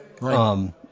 Right